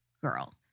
girl